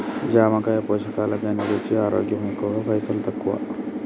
జామకాయ పోషకాల ఘనీ, రుచి, ఆరోగ్యం ఎక్కువ పైసల్ తక్కువ